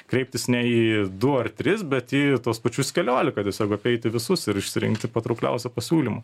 kreiptis ne į du ar tris bet į tuos pačius keliolika tiesiog apeiti visus ir išsirinkti patraukliausią pasiūlymą